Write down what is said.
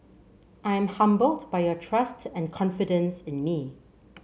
I am humbled by your trust and confidence in me